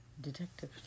Detective